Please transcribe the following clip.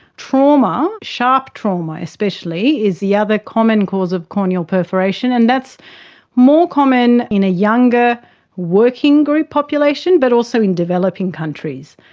trauma, sharp trauma especially, is the other common cause of corneal perforation, and that's more common in a younger working group population, but also in developing countries.